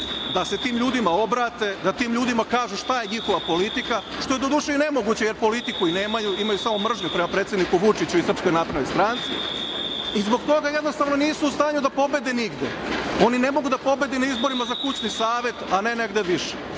da se tim ljudima obrate, da tim ljudima kažu šta je njihova politika, što je doduše i nemoguće, jer politiku i nemaju, imaju samo mržnju prema predsedniku Vučiću i SNS.5/2 DJ/LŽZbog toga jednostavno nisu u stanju da pobede nigde. Oni ne mogu da pobede ni na izborima za kućni savet, a ne negde više.